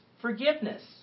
forgiveness